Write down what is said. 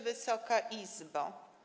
Wysoka Izbo!